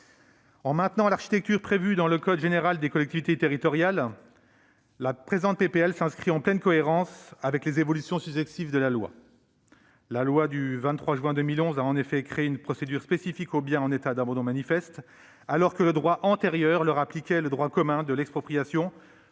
En maintenant l'architecture prévue par le code général des collectivités territoriales, la présente proposition de loi s'inscrit en pleine cohérence avec les évolutions successives de la loi. La loi du 23 juin 2011 a en effet créé une procédure spécifique aux biens en état d'abandon manifeste, alors que la législation antérieure leur appliquait le droit commun de l'expropriation